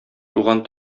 туган